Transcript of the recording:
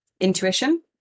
intuition